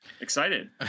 Excited